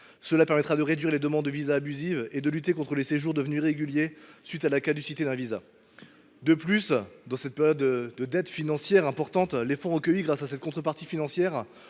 Cela permettra de réduire les demandes de visa abusives et de lutter contre les séjours devenus irréguliers à la suite de la caducité d’un visa. Dans cette période de dette publique importante, les fonds recueillis grâce à cette contrepartie financière